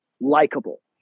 likable